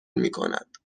میکند